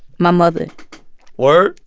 my mother word?